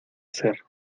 ser